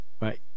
right